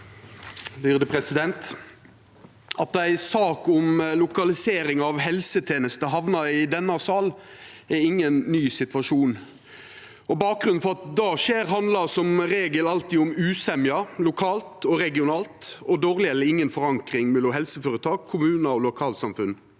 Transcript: (Sp) At ei sak om lo- kalisering av helsetenester hamnar i denne salen, er ingen ny situasjon. Bakgrunnen for at det skjer, handlar som regel alltid om usemje lokalt og regionalt og dårleg eller inga forankring mellom helseføretak, kommunar og lokalsamfunn.